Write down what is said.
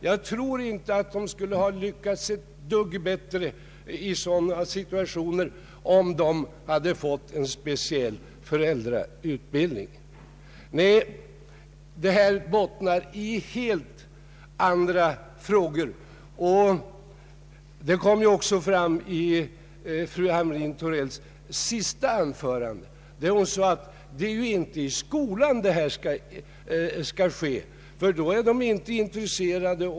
Jag tror inte att dessa föräldrar skulle ha lyckats ett dugg bättre, om de hade fått en speciell föräldrautbildning. Nej, förhållandena beror på helt andra saker. Det kom fram i fru Hamrin-Thorells senaste anförande, då hon framhöll att föräldrautbildningen inte skall ges i skolan, eftersom eleverna då inte är intresserade.